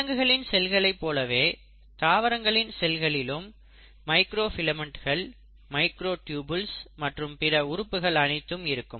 விலங்குகளின் செல்களை போலவே தாவரங்களின் செல்களிலும் மைக்ரோ ஃபிலமெண்ட்டுகள் மைக்ரோடியுபுல்ஸ் மற்றும் பிற உறுப்புகள் அனைத்தும் இருக்கும்